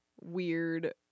weird